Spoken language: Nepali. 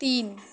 तिन